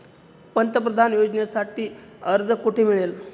पंतप्रधान योजनेसाठी अर्ज कुठे मिळेल?